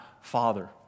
father